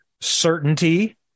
certainty